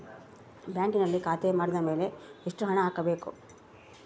ಬ್ಯಾಂಕಿನಲ್ಲಿ ಖಾತೆ ಮಾಡಿದ ಮೇಲೆ ಎಷ್ಟು ಹಣ ಹಾಕಬೇಕು?